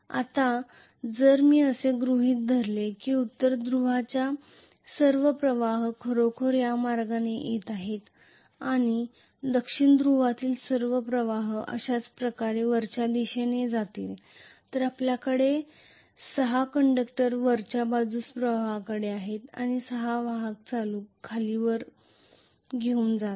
आता जर मी असे गृहित धरले की उत्तर ध्रुवातील सर्व प्रवाह खरोखर या मार्गाने येत आहेत आणि दक्षिण ध्रुवातील सर्व प्रवाह अशाच प्रकारे वरच्या दिशेने जातील तर आपल्याकडे 6 कंडक्टर वरच्या बाजूस प्रवाहाकडे आहेत आणि 6 वाहक करंट खाली वर घेऊन जात आहेत